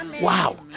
Wow